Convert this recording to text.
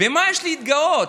במה יש להתגאות,